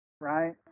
right